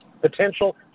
potential